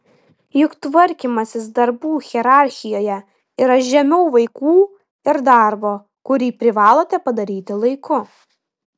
juk tvarkymasis darbų hierarchijoje yra žemiau vaikų ir darbo kurį privalote padaryti laiku